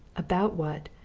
about what,